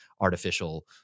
artificial